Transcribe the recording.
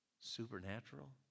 Supernatural